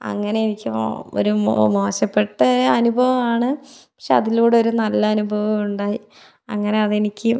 അങ്ങനെ എനിക്ക് ഒരു മോ മോശപ്പെട്ട അനുഭവമാണ് പക്ഷെ അതിലൂടെ ഒരു നല്ല അനുഭാവമുണ്ടായി അങ്ങനെ അതെനിക്ക്